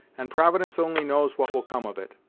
and providence only knows what will come of it!